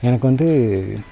எனக்கு வந்து